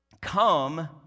come